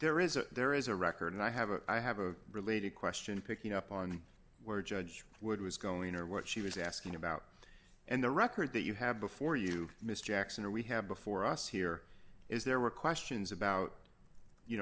there is a there is a record and i have a i have a related question picking up on were judge wood was going or what she was asking about and the record that you have before you mr jackson or we have before us here is there were questions about you